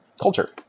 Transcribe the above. culture